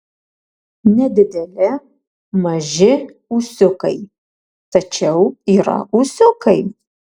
nedideli maži ūsiukai tačiau yra ūsiukai